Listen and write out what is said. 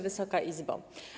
Wysoka Izbo!